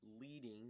Leading